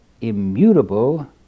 immutable